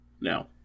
now